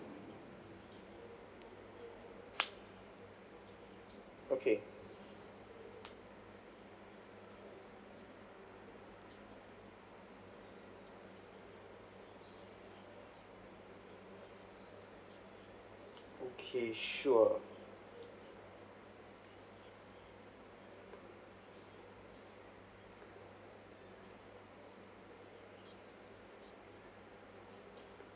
okay okay sure